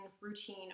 routine